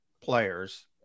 players